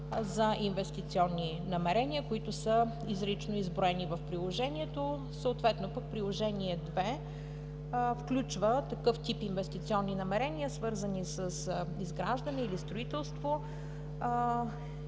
за инвестиционни намерения, които са изрично изброени в Приложението. Съответно пък Приложение № 2 включва такъв тип инвестиционни намерения, свързани с изграждане или строителство